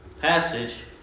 passage